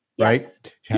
right